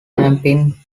camping